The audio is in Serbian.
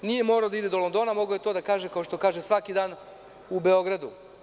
Nije morao da ide do Londona mogao je to da kaže, kao što kaže svaki dan, u Beogradu.